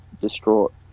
distraught